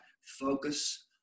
focus